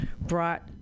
brought